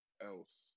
else